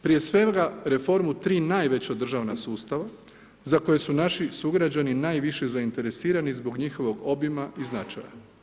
Prije svega reformu tri najveća državna sustava, za koje su naši sugrađani, najviše zainteresirani, zbog njihovog obima i značaja.